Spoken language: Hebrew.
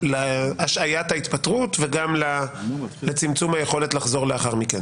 להשעיית ההתפטרות וגם לצמצום היכולת לחזור לאחר מכן